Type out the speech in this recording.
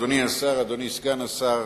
אדוני השר,